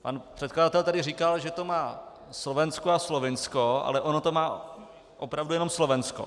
Pan předkladatel tady říkal, že to má Slovensko a Slovinsko, ale ono to má opravdu jenom Slovensko.